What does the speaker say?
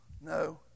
No